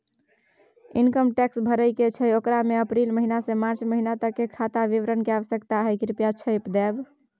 Income tax भरय के छै ओकरा में अप्रैल महिना से मार्च महिना तक के खाता विवरण के आवश्यकता हय कृप्या छाय्प देबै?